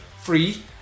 free